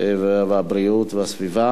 והבריאות נתקבלה.